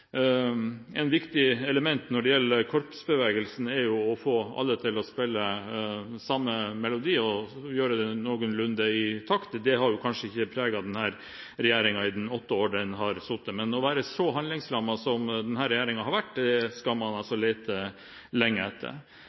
et viktig element når det gjelder korpsbevegelsen, er å få alle til å spille samme melodi og å gjøre det noenlunde i takt, og det har kanskje ikke preget denne regjeringen de åtte årene den har sittet. Men noen som er så handlingslammet som denne regjeringen har vært, skal man lete lenge etter.